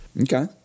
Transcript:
Okay